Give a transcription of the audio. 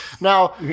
Now